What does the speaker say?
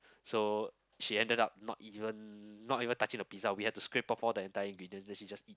so she ended up not even not even touching the pizza we had to scrape off all the entire ingredients then she just eat